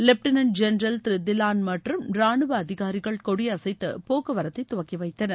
lieutenant general திரு தில்லான் மற்றும் ரானுவ அதிகாரிகள் கொடியசைத்து போக்குவரத்தை துவக்கி கைத்தனர்